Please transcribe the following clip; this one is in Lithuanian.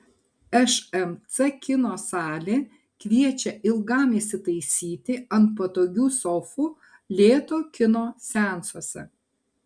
šmc kino salė kviečia ilgam įsitaisyti ant patogių sofų lėto kino seansuose